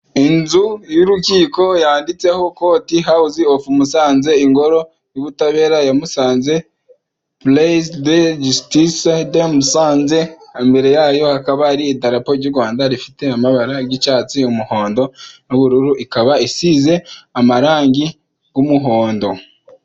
Inzu y'urukiko yanditseho kotihawuzi ofu Musanze, Ingoro y'Ubutabera ya Musanze plezidejistisede Musanze, imbere yayo hakaba hari idarapo ry'u Rwanda rifite amabara y'icyatsi, umuhondo n'ubururu, ikaba isize amarangi y'umuhondo.